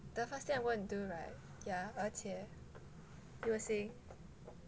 the first thing I wanna do [right] yeah 而且 you were saying